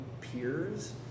peers